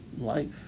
life